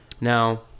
Now